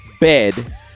bed